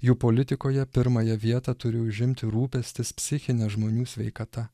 jų politikoje pirmąją vietą turi užimti rūpestis psichine žmonių sveikata